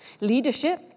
Leadership